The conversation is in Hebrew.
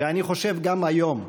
ואני חושב גם היום,